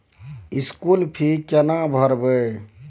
School fee केना भरबै?